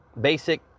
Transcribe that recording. basic